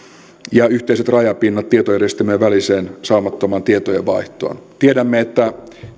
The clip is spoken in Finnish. ja yhteiset rajapinnat tietojärjestelmien väliseen saumattomaan tietojen vaihtoon tiedämme että